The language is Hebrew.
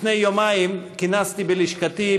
לפני יומיים כינסתי בלשכתי,